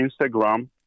Instagram